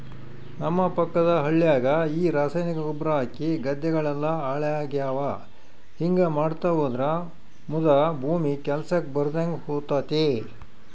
ನಮ್ಮ ಪಕ್ಕದ ಹಳ್ಯಾಗ ಈ ರಾಸಾಯನಿಕ ಗೊಬ್ರ ಹಾಕಿ ಗದ್ದೆಗಳೆಲ್ಲ ಹಾಳಾಗ್ಯಾವ ಹಿಂಗಾ ಮಾಡ್ತಾ ಹೋದ್ರ ಮುದಾ ಭೂಮಿ ಕೆಲ್ಸಕ್ ಬರದಂಗ ಹೋತತೆ